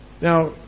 Now